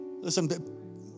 Listen